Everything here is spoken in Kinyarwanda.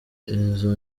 izo